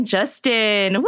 Justin